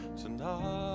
tonight